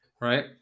right